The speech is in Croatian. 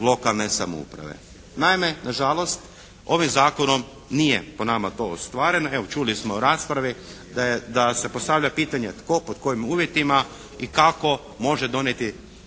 lokalne samouprave. Naime nažalost ovim zakonom nije po nama to ostvareno. Evo čuli smo u raspravi da je, da se postavlja pitanje tko, pod kojim uvjetima i kako može donijeti